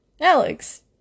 Alex